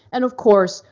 and of course,